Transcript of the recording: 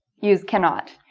use cannot.